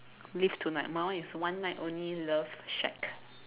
live tonight my one is one night only love shack